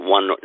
One